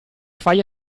fai